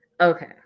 Okay